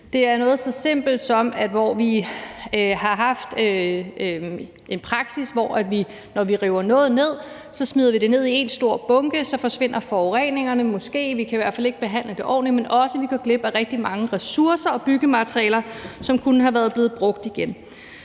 om noget så simpelt som, at vi har haft en praksis, hvor vi, når vi river noget ned, smider det ned i én stor bunke, og så forsvinder forureningerne måske, vi kan i hvert fald ikke behandle det ordentligt, men vi går også glip af rigtig mange ressourcer og byggematerialer, som kunne have været brugt igen.